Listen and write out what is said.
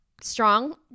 strong